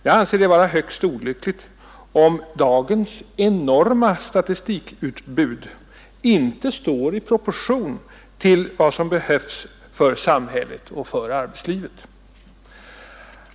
Jag anser det vara högst olyckligt om dagens enorma statistikutbud inte står i proportion till vad som behövs för samhället och för arbetslivet.